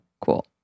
Cool